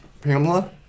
Pamela